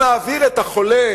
נעביר את החולה,